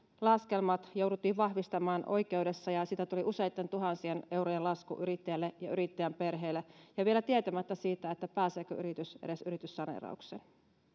laskelmat jouduttiin vahvistamaan oikeudessa ja siitä tuli useitten tuhansien eurojen lasku yrittäjälle ja yrittäjän perheelle vielä tietämättä siitä pääseekö yritys edes yrityssaneeraukseen